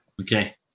Okay